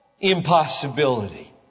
impossibility